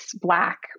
Black